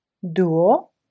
Duo